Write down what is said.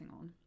on